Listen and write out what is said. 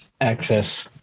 access